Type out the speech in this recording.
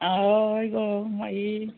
हय गो मागी